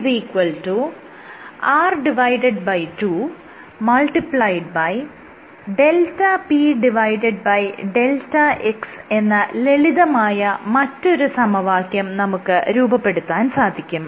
δpδx എന്ന ലളിതമായ മറ്റൊരു സമവാക്യം നമുക്ക് രൂപപ്പെടുത്താൻ സാധിക്കും